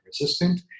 resistant